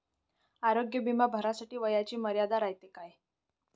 आरोग्य बिमा भरासाठी वयाची मर्यादा रायते काय?